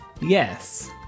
Yes